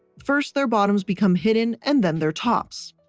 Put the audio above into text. first, their bottoms become hidden and then their tops.